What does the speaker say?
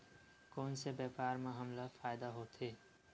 कोन से व्यापार म हमला फ़ायदा होथे?